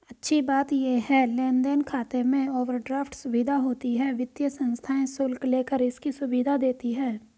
अच्छी बात ये है लेन देन खाते में ओवरड्राफ्ट सुविधा होती है वित्तीय संस्थाएं शुल्क लेकर इसकी सुविधा देती है